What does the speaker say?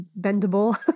bendable